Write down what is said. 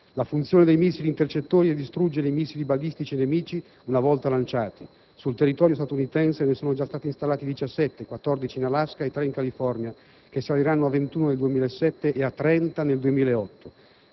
La funzione dei missili intercettori è distruggere i missili balistici nemici una volta lanciati. Sul territorio statunitense ne sono già stati installati 17, di cui 14 in Alaska e 3 in California, che saliranno a 21 nel 2007 e a 30 nel 2008.